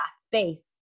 space